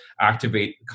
activate